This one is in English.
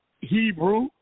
Hebrew